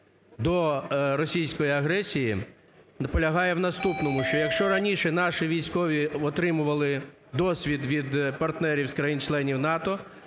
до російської агресії, полягає в наступному: що якщо раніше наші військові отримували досвід від партнерів з країн-членів НАТО,